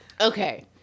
Okay